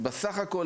בסך הכול,